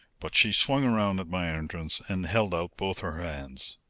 but she swung round at my entrance and held out both her hands.